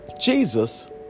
Jesus